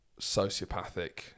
sociopathic